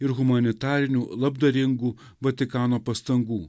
ir humanitarinių labdaringų vatikano pastangų